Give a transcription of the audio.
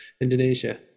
Indonesia